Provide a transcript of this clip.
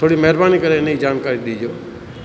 थोरी महिरबानी करे इन जी जानकारी ॾिजो